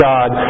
God